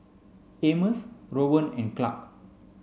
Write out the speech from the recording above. Amos Rowan and Clarke